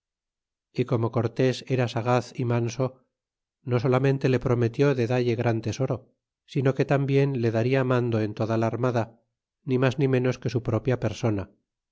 y como cortés era sagaz y manso no solamente le prometió de dalle gran tesoro sino que tambien le daria mando en toda la armada ni mas ni menos que su propia persona